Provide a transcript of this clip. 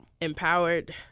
Empowered